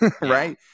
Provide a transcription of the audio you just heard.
right